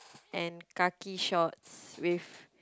and khaki shorts with